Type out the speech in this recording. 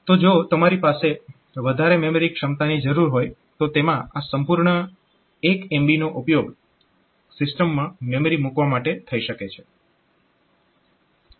તો જો તમારી પાસે વધારે મેમરી ક્ષમતાની જરૂર હોય તો તેમાં આ સંપૂર્ણ 1 MB નો ઉપયોગ સિસ્ટમમાં મેમરી મૂકવા માટે થઇ શકે છે